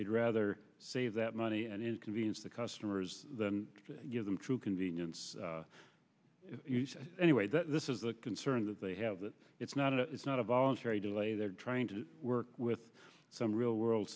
they'd rather save that money and inconvenience the customers than give them true convenience anyway this is a concern that they have that it's not a it's not a voluntary delay they're trying to work with some real world